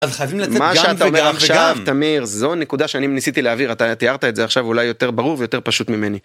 מה שאתה אומר עכשיו תמיר זו נקודה שאני ניסיתי להעביר אתה תיארת את זה עכשיו אולי יותר ברור ויותר פשוט ממני.